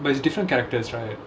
but it's different characters right